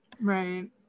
right